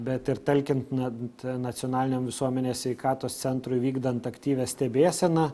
bet ir talkint nat nacionaliniam visuomenės sveikatos centrui vykdant aktyvią stebėseną